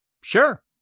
Sure